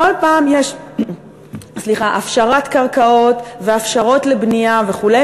כל פעם יש הפשרת קרקעות והפשרות לבנייה וכו',